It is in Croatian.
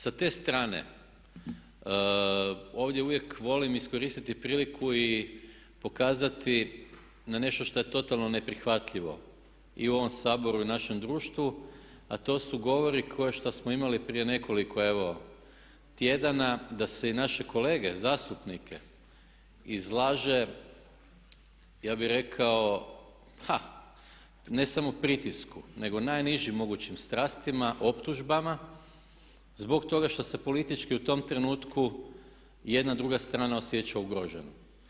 Sa te strane ovdje uvijek volim iskoristiti priliku i pokazati na nešto što je totalno neprihvatljivo i u ovom Saboru i u našem društvu a to su govori kao što smo imali prije nekoliko evo tjedana da se i naše kolege zastupnike izlaže ja bih rekao pa ne samo pritisku nego najnižim mogućim strastima optužbama zbog toga što se politički u tom trenutku jedna i druga strana osjeća ugroženo.